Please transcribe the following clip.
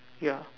yeah